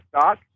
stock